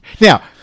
Now